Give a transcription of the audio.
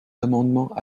amendement